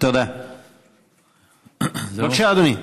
בבקשה, אדוני.